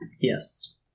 Yes